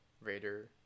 Raider